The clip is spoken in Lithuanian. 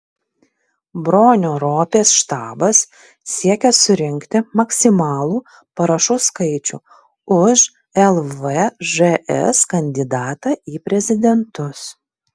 bronio ropės štabas siekia surinkti maksimalų parašų skaičių už lvžs kandidatą į prezidentus